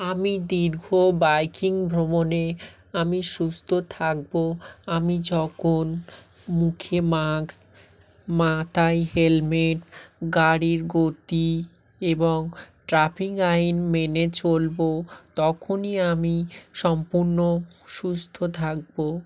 আমি দীর্ঘ বাইকিং ভ্রমণে আমি সুস্থ থাকবো আমি যখন মুখে মাস্ক মাথায় হেলমেট গাড়ির গতি এবং ট্রাফিক আইন মেনে চলবো তখনই আমি সম্পূর্ণ সুস্থ থাকবো